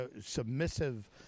submissive